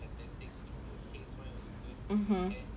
(uh huh)